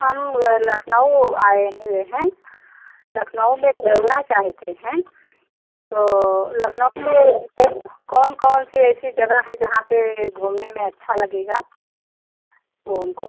हम लखनऊ आए हुए हैं लखनऊ में घूमना चाहते हैं तो लखनऊ में कौन कौन कौन सी ऐसी जगह है जहाँ पर घूमने में अच्छा लगेगा वह हमको